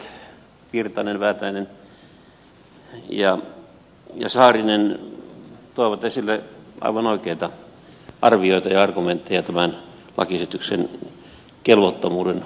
täällä edustajat virtanen väätäinen ja saarinen toivat esille aivan oikeita arvioita ja argumentteja tämän lakiesityksen kelvottomuuden suhteen